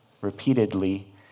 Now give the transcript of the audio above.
repeatedly